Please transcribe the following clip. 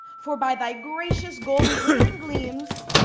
for by thy gracious, golden, glittering gleams,